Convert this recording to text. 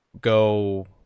go